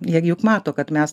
jie gi juk mato kad mes